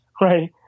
right